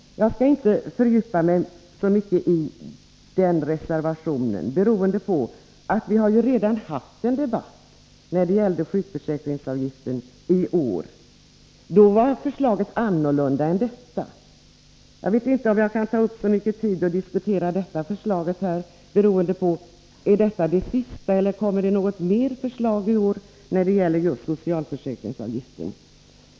Jag skall inte fördjupa mig i den reservationen, beroende på att vi redan haft en debatt i år om sjukförsäkringsavgiften. Då var förslaget ett annat än detta. Jag vet inte om jag kan ta upp särskilt mycket tid med att diskutera det här förslaget. Är detta det sista, eller kommer det något mer förslag i år om socialförsäkringsavgiften?